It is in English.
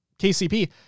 KCP